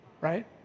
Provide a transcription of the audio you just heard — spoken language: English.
right